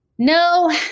No